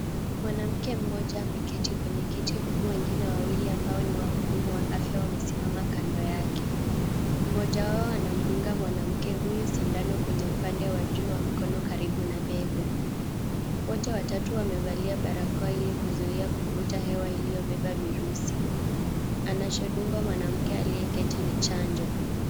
Mwanamke mmoja ameketi kwenye kiti huku wengine wawili ambao ni wahudumu wa afya wamesimama kando yake. Mmoja wao anamdunga mwanamke huyu sindano kwenye upande wa juu wa mkono karibu na bega. Wote watatu wamevalia barakoa ili kuzuia kuvuta hewa iliyobeba virusi. Anachodungwa mwanamke aliyeketi ni chanjo.